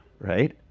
right